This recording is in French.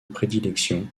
prédilection